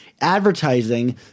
advertising